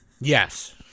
Yes